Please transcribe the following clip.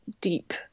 deep